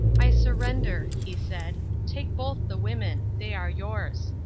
i surrender, he said. take both the women. they are yours.